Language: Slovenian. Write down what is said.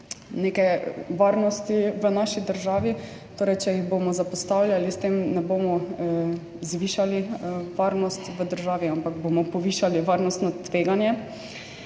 neke varnosti v naši državi, če jih bomo zapostavljali, s tem ne bomo zvišali varnosti v državi, ampak bomo povišali varnostno tveganje.